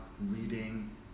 reading